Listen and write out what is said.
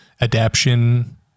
adaption